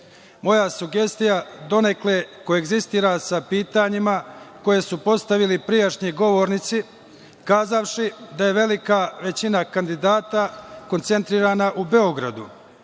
sugestija donekle koegzistira sa pitanjima koja su postavili prethodni govornici, kazavši da je velika većina kandidata koncentrirana u Beogradu,